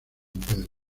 pedro